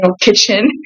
kitchen